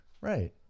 Right